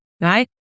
right